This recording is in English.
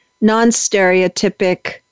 non-stereotypic